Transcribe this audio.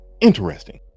Interesting